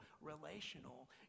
relational